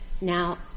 Now